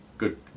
Good